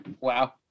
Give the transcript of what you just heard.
Wow